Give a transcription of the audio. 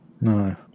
No